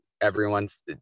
everyone's